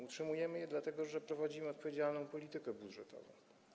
Utrzymujemy je, dlatego że prowadzimy odpowiedzialną politykę budżetową.